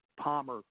Palmer